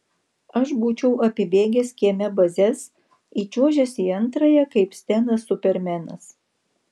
aš būčiau apibėgęs kieme bazes įčiuožęs į antrąją kaip stenas supermenas